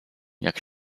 jak